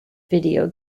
video